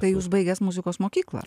tai jūs baigęs muzikos mokyklą